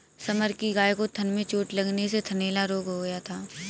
summer की गाय को थन में चोट लगने से थनैला रोग हो गया था